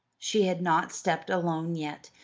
she had not stepped alone yet,